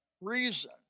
reason